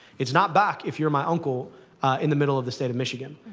it's not back if you're my uncle in the middle of the state of michigan.